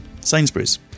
Sainsbury's